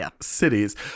cities